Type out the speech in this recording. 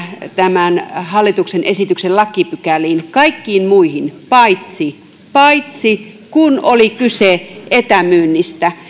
tämän hallituksen esityksen lakipykäliin kaikkiin muihin paitsi paitsi niihin joissa oli kyse etämyynnistä